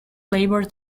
labor